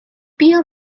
بیا